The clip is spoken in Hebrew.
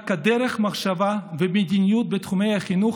כדרך מחשבה ומדיניות בתחומי החינוך,